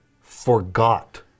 forgot